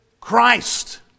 Christ